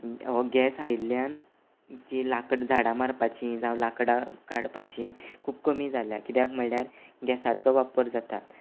हो गॅस आयिल्ल्यान जी लाकडां झाडां मारपाचीं जावं लाकडां काडपाचीं खूब कमी जाल्यां कित्याक म्हणल्यार गॅसाचो वापर जाता